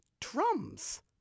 drums